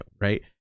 right